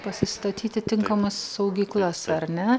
pasistatyti tinkamas saugyklas ar ne